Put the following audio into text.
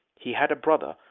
he had a brother,